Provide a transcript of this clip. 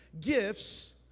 gifts